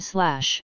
Slash